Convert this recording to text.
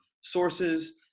sources